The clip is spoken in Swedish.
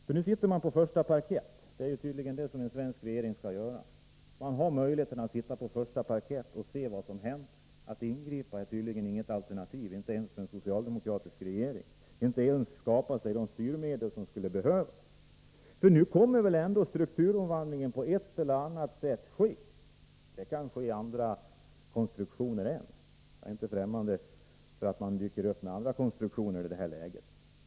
Den sitter på första parkett, och det är tydligen det som att en svensk regering skall göra. Den har möjlighet att sitta på första parkett och se vad som händer — att ingripa är tydligen inget alternativ ens för en socialdemokratisk regering, inte ens att skapa de styrmedel som skulle behövas. En strukturomvandling kommer väl nu att ske på ett eller annat sätt. Ännu kan nykonstruktioner genomföras. Jag är alltså inte främmande för att sådana kan dyka upp i det här läget.